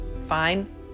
fine